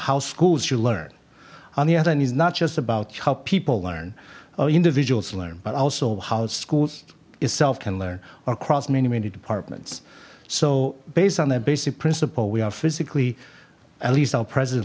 how schools you learn on the other needs not just about how people learn individuals learn but also how schools itself can learn across many many departments so based on that basic principle we are physically at least our president